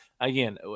Again